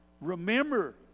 Remember